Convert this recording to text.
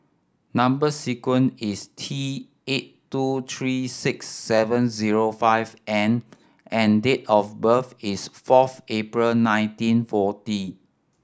number sequence is T eight two tree six seven zero five M and date of birth is fourth April nineteen forty